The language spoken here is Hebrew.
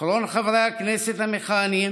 אחרון חברי הכנסת המכהנים